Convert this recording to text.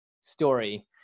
story